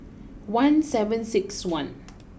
one seven six one